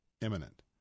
imminent